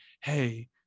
hey